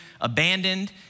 abandoned